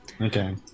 Okay